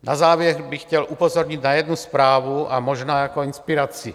Na závěr bych chtěl upozornit na jednu zprávu a možná jako inspiraci.